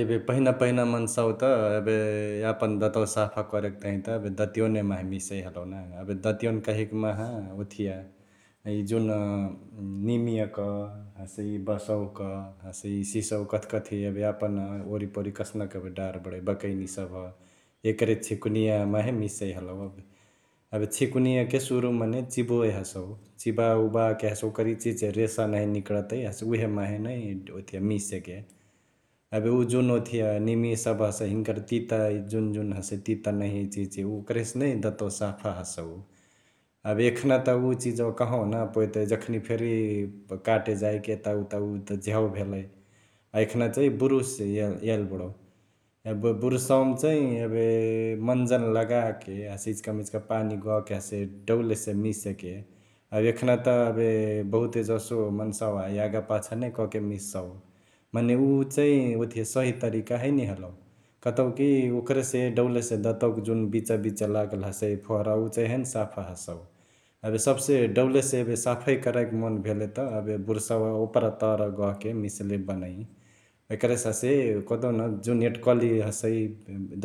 एबे पहिना पहिना मन्सावा त एबे यापन दांतवा साफ करेके तहिया त एबे दतीवने मांहे मिसई हलई ना एबे दतीवन कहईक माहा ओथिया इ जुन नीमियाक हसे इ बँसवाक हसे इ सिसौक कथिकथी एबे यापन वरिपरी कसनक एबे डार बडई बकैनी सभ एकरे छिकुनिया माहे मिसई हलउ । एबे छिकुनियाके सुरुमा मने चिबोइ हसउ चिबउबाके हसे ओकर इचिहिची रेशा नहिया निकडतै हसे उहे माहे नै ओथिया मिसेके । एबे उ जुन ओथिया निमिया सभ हसई हिन्कर तिता इ जुन जुन हसई तिता नहिया इचिहिची ओकरसे नै दंतवा साफा हसउ । एबे एखना त उ चिजवा कहाँवा ना पवेतई जखनी फेरी काटे जाइके एताउता उ त झ्याउ भेलई अ एखना चैं बुरुश याइली बडउ । एबे बुरुशवामा चैं एबे मन्जन लगाके हसे इचिका मिचिका पानी गहके हसे डौलेसे मिसेके । अ एखना त एबे बहुते जसो मन्सवा यागा पाछा नै कके मिससउ मने उ चैं ओथिया सही तरिका हैने हलउ कतौकी ओकरसे डौलेसे दंतवा जुन बिचा बिचा लगाल हसई फोहरवा उ चैं हैने सफा हसौ ।एबे सबसे डौलेसे एबे साफा करके मन भेले त एबे बुरुसावा उपरा तर गहके मिसले बनै । एकरसे हसे कहदेउन जुन एंट्कली हसै